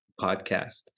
podcast